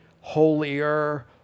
holier